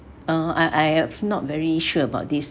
uh I I have not very sure about this